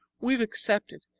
we've accepted,